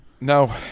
No